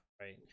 right